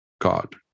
God